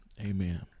Amen